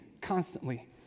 constantly